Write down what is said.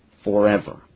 Forever